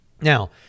Now